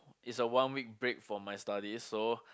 is a one week break for my studies so